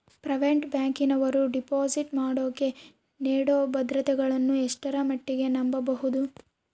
Private ಬ್ಯಾಂಕಿನವರು deposit ಮಾಡೋಕೆ ನೇಡೋ ಭದ್ರತೆಗಳನ್ನು ಎಷ್ಟರ ಮಟ್ಟಿಗೆ ನಂಬಬಹುದು?